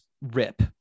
rip